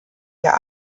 der